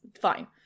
Fine